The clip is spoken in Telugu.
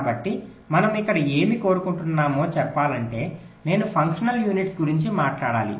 కాబట్టి మనం ఇక్కడ ఏమి కోరుకుంటున్నామో చెప్పాలంటే నేను ఫంక్షనల్ యూనిట్లు గురించి మాట్లాడాలి